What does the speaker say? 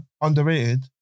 underrated